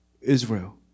Israel